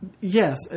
Yes